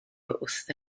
wrth